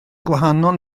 gwahanol